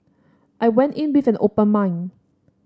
I went in with an open mind